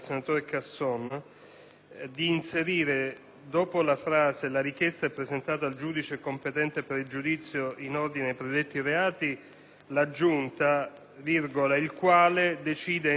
di inserire, dopo la frase: «La richiesta è presentata al giudice competente per il giudizio in ordine ai predetti reati», la seguente: «, il quale decide entro dieci giorni».